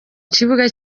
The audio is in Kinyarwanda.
kibuga